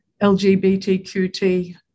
LGBTQT